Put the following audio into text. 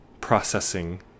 processing